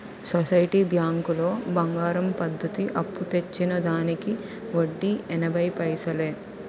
society బ్యాంకులో బంగారం పద్ధతి అప్పు తెచ్చిన దానికి వడ్డీ ఎనభై పైసలే